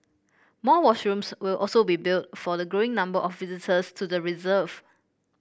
more washrooms will also be built for the growing number of visitors to the reserve